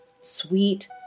sweet